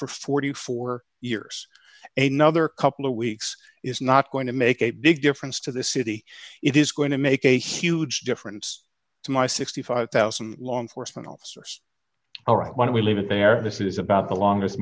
for forty four years a nother couple of weeks is not going to make a big difference to the city it is going to make a huge difference to my sixty five thousand law enforcement officers when we leave it there this is about the longest